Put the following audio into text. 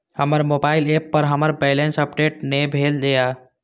हमर mobile app पर हमर बैलेंस अपडेट ने भेल या